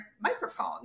microphone